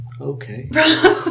Okay